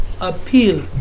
appeal